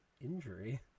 injury